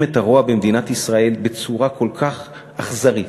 את הרוע במדינת ישראל בצורה כל כך אכזרית